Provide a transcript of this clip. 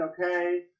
okay